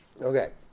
Okay